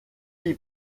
die